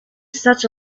such